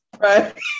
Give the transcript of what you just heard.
Right